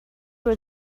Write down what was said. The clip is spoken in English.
were